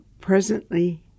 Presently